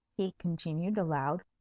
he continued, aloud,